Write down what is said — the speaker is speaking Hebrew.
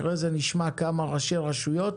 אחרי זה נשמע כמה ראשי רשויות,